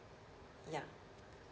ya